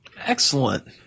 Excellent